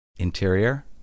Interior